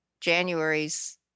January's